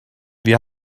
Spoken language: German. wir